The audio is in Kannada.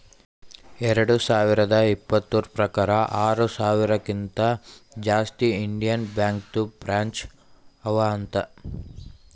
ಎರಡು ಸಾವಿರದ ಇಪ್ಪತುರ್ ಪ್ರಕಾರ್ ಆರ ಸಾವಿರಕಿಂತಾ ಜಾಸ್ತಿ ಇಂಡಿಯನ್ ಬ್ಯಾಂಕ್ದು ಬ್ರ್ಯಾಂಚ್ ಅವಾ ಅಂತ್